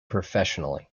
professionally